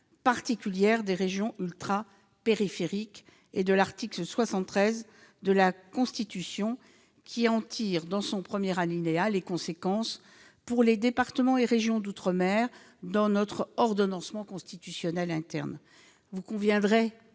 particulières des régions ultrapériphériques, et de l'article 73 de la Constitution, qui en tire, dans son premier alinéa, les conséquences pour les départements et régions d'outre-mer dans notre ordonnancement constitutionnel interne. Vous conviendrez